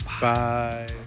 bye